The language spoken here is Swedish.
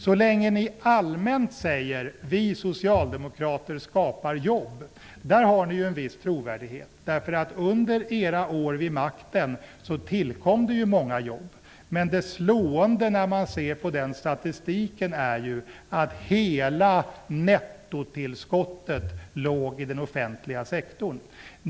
Så länge ni allmänt säger: ''Vi socialdemokrater skapar jobb'' har ni en viss trovärdighet. Under era år vid makten tillkom det många jobb. Men det slående är när man ser på den statistiken att hela nettotillskottet låg i den offentliga sektorn.